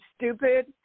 stupid